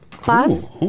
class